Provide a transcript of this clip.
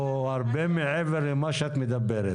הוא הרבה מעבר למה שאת מדברת.